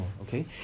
okay